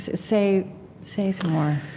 say say some more